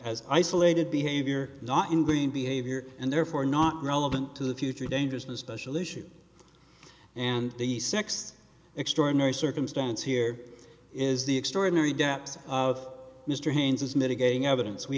as isolated behavior not in green behavior and therefore not relevant to the future dangerousness special issue and the six extraordinary circumstance here is the extraordinary depths of mr haines as mitigating evidence we